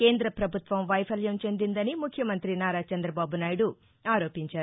కేంద్రవభుత్వం వైభల్యం చెందిందని ముఖ్యమంతి నారా చంద్రబాబునాయుడు ఆరోపించారు